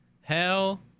Hell